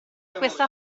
questa